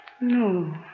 No